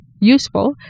useful